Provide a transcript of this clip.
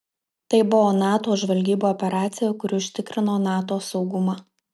tai buvo nato žvalgybų operacija kuri užtikrino nato saugumą